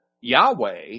Yahweh